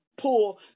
pull